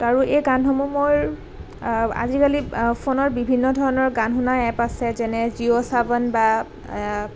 আৰু এই গানসমূহ মোৰ আ আজিকালি ফোনত বিভিন্ন ধৰণৰ গান শুনা এপ আছে যেনে জিঅ' ছাৱন বা